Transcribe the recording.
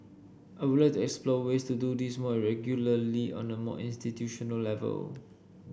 I would like to explore ways to do this more regularly on a more institutional level